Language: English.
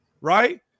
right